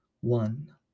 one